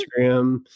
Instagram